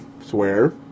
swear